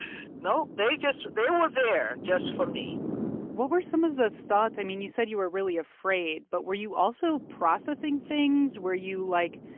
no nope. they just they were there just for me what were some of the thoughts? i mean, you said you were really afraid, but were you also processing things? were you, like,